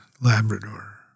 Labrador